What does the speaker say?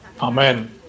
Amen